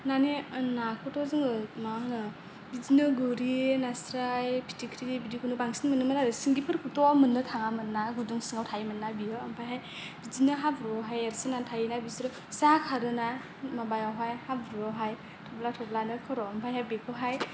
माने नाखौथ' जोङो मा होनो बिदिनो गोरि नास्राय फिथिख्रि बिदिखौनो बांसिन मोनोमोन आरो सिंगि फोरखौथ' मोन्नो थाङामोनना गुदुं सिङाव थायोमोनना बियो ओमफ्रायहाय बिदिनो हाब्रुआवहाय एरसोना थायोना बिसोरो जा खारोना माबायावहाय हाब्रुयावहाय थब्ला थब्लानो खर' ओमफ्रायहाय बेखौहाय